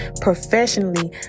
professionally